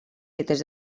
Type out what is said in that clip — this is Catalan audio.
lletres